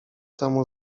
temu